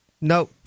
no